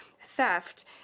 theft